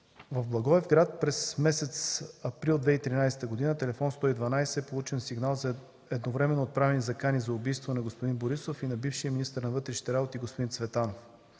В Благоевград през месец април 2013 г. на телефон 112 е получен сигнал за едновременно отправени закани за убийството на господин Борисов и на бившия министър на вътрешните работи господин Цветанов.